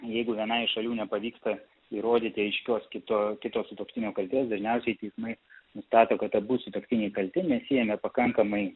jeigu vienai iš šalių nepavyksta įrodyti aiškios kito kito sutuoktinio kaltės dažniausiai teismai nustato kad abu sutuoktiniai kalti nes jie nepakankamai